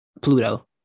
Pluto